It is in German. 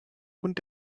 und